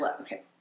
okay